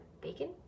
bacon